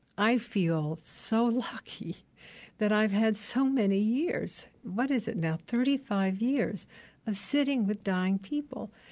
i feel so lucky that i've had so many years what is it now? thirty five years of sitting with dying people.